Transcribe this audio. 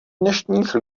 dnešních